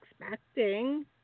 expecting